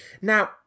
now